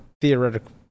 theoretical